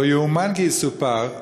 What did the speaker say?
לא יאומן כי יסופר,